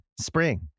Spring